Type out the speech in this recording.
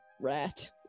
rat